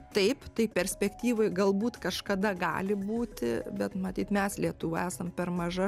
taip tai perspektyvoj galbūt kažkada gali būti bet matyt mes lietuviai esam per maža